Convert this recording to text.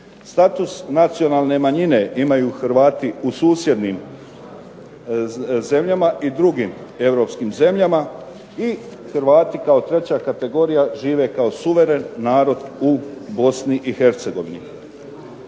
Status nacionalne manjine imaju Hrvati u susjednim zemljama i drugim europskim zemljama i Hrvati kao treća kategorija žive kao suveren narod u Bosni i Hercegovini.